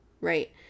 right